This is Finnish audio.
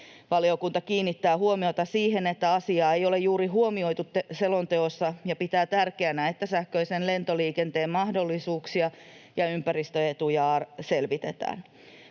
Valiokunta kiinnittää huomiota siihen, että asiaa ei ole juuri huomioitu selonteossa, ja pitää tärkeänä, että sähköisen lentoliikenteen mahdollisuuksia ja ympäristöetuja selvitetään.